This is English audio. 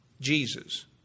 Jesus